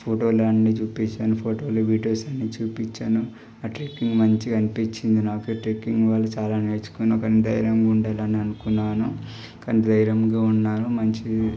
ఫోటోలు అన్ని చూపించాను ఫోటోలు వీడియోస్ అన్నీ చూపించాను ఆ ట్రెక్కింగ్ మంచిగా అనిపించింది నాకు ఈ ట్రెక్కింగ్ వల్ల చాలా నేర్చుకొని ఒకటి ధైర్యంగా ఉండాలని అనుకున్నాను కానీ ధైర్యంగా ఉన్నాను మంచిది